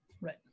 Right